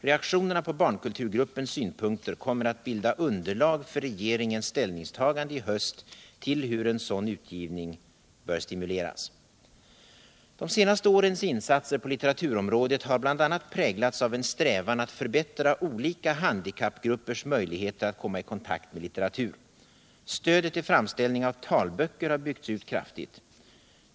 Reaktionerna på barnkulturgruppens synpunkter kommer att bilda underlag för regeringens ställningstagande i höst till hur en sådan utgivning bör stimuleras. De senaste årens insatser på litteraturområdet har bl.a. präglats av en strävan att förbättra olika handikappgruppers möjligheter att komma i kontakt med litteratur. Stödet till framställning av talböcker har byggts ut kraftigt.